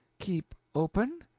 keep open?